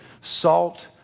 salt